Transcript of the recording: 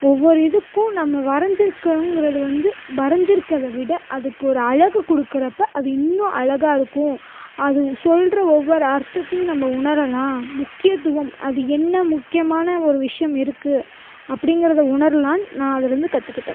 ஒவ்வொரு இதுக்கும் நம்ம வரைஞ்சுருக்கோங்குறது வந்து வரைஞ்சுருக்கிறத விட அதுக்கு ஒரு அழகு கொடுக்கிறப்ப அது இன்னும் அழகாக இருக்கும் அது சொல்கிற ஒவ்வொரு அர்த்தத்தையும் நம்ம உணரலாம் முக்கியத்துவம் அது என்ன முக்கியமான ஒரு விஷயம் இருக்குது அப்படிங்கிறத உணரலாம் நான் அதில் இருந்து கற்றுக்கிட்டன்